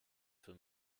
für